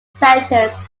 sentence